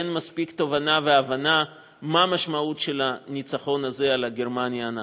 אין מספיק תובנה והבנה של מה המשמעות של הניצחון הזה על גרמניה הנאצית.